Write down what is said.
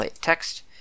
text